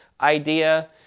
idea